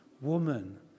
woman